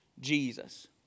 Jesus